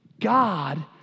God